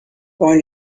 going